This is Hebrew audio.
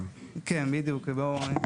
ואנחנו נדבר בדיוק על המנגנון,